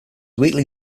weekly